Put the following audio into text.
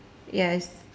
yes